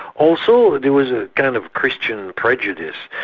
also there was a kind of christian prejudice.